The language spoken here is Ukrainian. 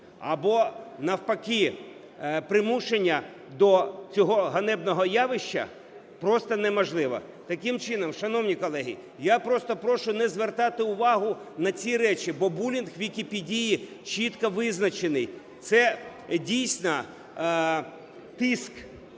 або, навпаки, примушення до цього ганебного явища просто неможливе. Таким чином, шановні колеги, я просто прошу не звертати увагу на ці речі, бо булінг в Вікіпедії чітко визначений – це дійсно тиск